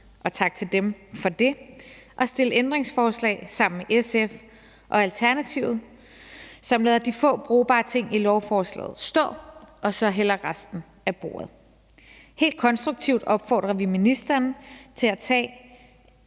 og tak til dem for det – at stille ændringsforslag sammen med SF og Alternativet, som lader de få brugbare ting i lovforslaget stå og hælder resten af bordet. Helt konstruktivt opfordrer vi ministeren til at tage